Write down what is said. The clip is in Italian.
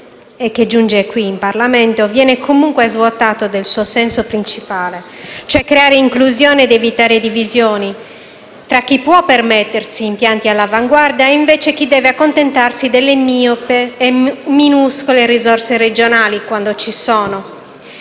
e che giunge qui in Parlamento comunque svuotato del suo senso principale, quello di creare inclusione ed evitare divisioni tra chi può permettersi impianti all'avanguardia e chi invece deve accontentarsi delle miopi e minuscole risorse regionali, quando ci sono.